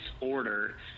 order